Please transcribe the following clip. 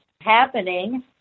happening